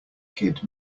kid